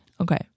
Okay